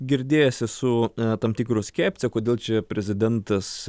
girdėjęs esu tam tikro skepcio kodėl čia prezidentas